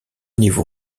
niveau